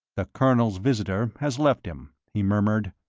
the colonel's visitor has left him, he murmured.